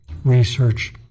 research